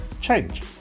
change